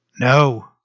No